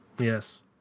Yes